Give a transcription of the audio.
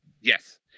Yes